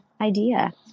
idea